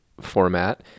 format